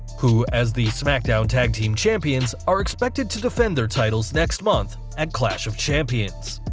who as the smackdown tag team champions, are expected to defend their titles next month at clash of champions.